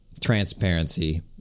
transparency